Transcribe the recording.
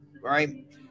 right